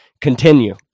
continue